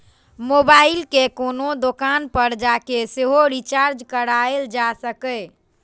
mobile कें कोनो दोकान पर जाके सेहो रिचार्ज कराएल जा सकैए